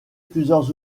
plusieurs